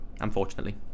Unfortunately